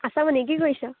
আশামণি কি কৰিছ